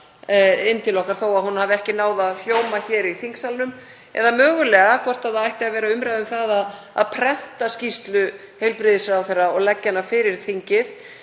inn til okkar þó að hún hafi ekki náð að hljóma hér í þingsalnum. Eða mögulega hvort það ætti að vera umræða um að prenta skýrslu heilbrigðisráðherra og leggja hana fyrir þingið.